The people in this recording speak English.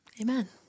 amen